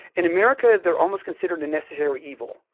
in america they are almost considered a necessary evil.